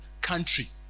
country